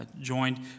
joined